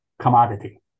commodity